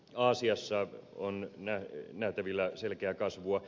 aasiassa on nähtävillä selkeää kasvua